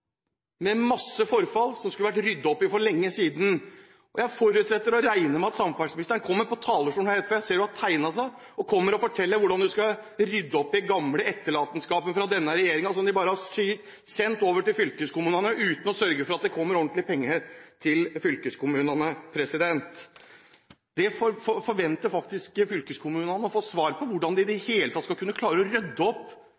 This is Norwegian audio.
med masse forfall som det skulle ha vært ryddet opp i for lenge siden. Jeg forutsetter og regner med at samferdselsministeren kommer på talerstolen etterpå – jeg ser at hun har tegnet seg – og forteller hvordan hun skal rydde opp i gamle etterlatenskaper fra denne regjeringen, som de bare har sendt over til fylkeskommunene uten å sørge for at det kommer ordentlige penger til fylkeskommunene. Fylkeskommunene forventer faktisk å få svar på hvordan de i det hele tatt skal kunne klare å rydde opp